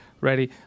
ready